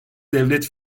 devlet